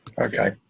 Okay